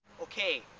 okay.